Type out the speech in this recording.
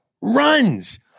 runs